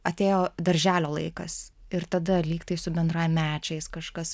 atėjo darželio laikas ir tada lygtai su bendramečiais kažkas